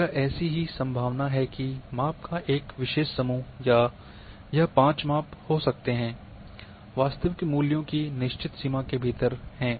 यह ऐसी ही संभावना है कि माप का एक विशेष समूह या यह 5 माप हो सकते हैं वास्तविक मूल्यों की निश्चित सीमा के भीतर हैं